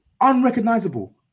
unrecognizable